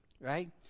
right